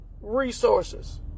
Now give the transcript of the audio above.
resources